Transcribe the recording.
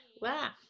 Wow